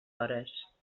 hores